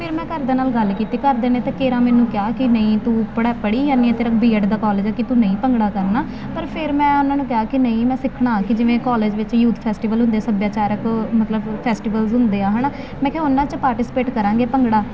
ਫਿਰ ਮੈਂ ਘਰ ਦੇ ਨਾਲ ਗੱਲ ਕੀਤੀ ਘਰ ਦੇ ਨੇ ਤਾਂ ਕੇਰਾਂ ਮੈਨੂੰ ਕਿਹਾ ਕਿ ਨਹੀਂ ਤੂੰ ਪੜ੍ਾ ਪੜ੍ਹੀ ਜਾਂਦੀ ਤੇ ਬੀਐਡ ਦਾ ਕਾਲਜ ਆ ਕਿ ਤੂੰ ਨਹੀਂ ਭੰਗੜਾ ਕਰਨਾ ਪਰ ਫਿਰ ਮੈਂ ਉਹਨਾਂ ਨੂੰ ਕਿਹਾ ਕਿ ਨਹੀਂ ਮੈਂ ਸਿੱਖਣਾ ਕਿ ਜਿਵੇਂ ਕਾਲਜ ਵਿੱਚ ਯੂਥ ਫੈਸਟੀਵਲ ਹੁੰਦੇ ਸੱਭਿਆਚਾਰਕ ਮਤਲਬ ਫੈਸਟੀਵਲ ਹੁੰਦੇ ਆ ਹਨਾ ਮੈਂ ਕਿਹਾ ਉਨਾ ਚ ਪਾਰਟੀਸਪੇਟ ਕਰਾਂਗੇ ਭੰਗੜਾ